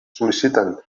sol·liciten